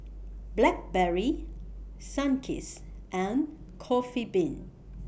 Blackberry Sunkist and Coffee Bean